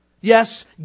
Yes